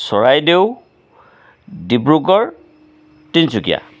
Charaideo Dibrugarh Tinsukia